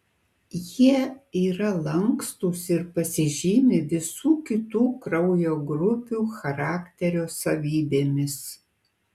jie yra lankstūs ir pasižymi visų kitų kraujo grupių charakterio savybėmis